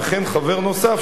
וכן חבר נוסף,